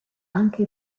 anche